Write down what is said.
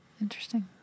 interesting